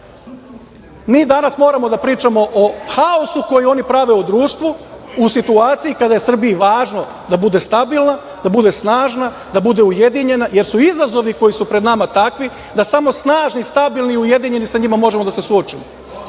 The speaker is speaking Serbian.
mi danas moramo da pričamo o haosu koji oni prave u društvu u situaciji kada je Srbiji važno da bude stabilna, da bude snažna, da bude ujedinjena, jer su izazovi koji su pred nama takvi da samo snažni, stabilni i ujedinjeni sa njima možemo da se suočimo. Koja